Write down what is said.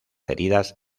heridas